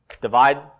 divide